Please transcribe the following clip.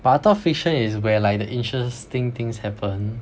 but I thought fiction is where like the interesting things happen